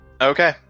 Okay